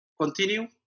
Continue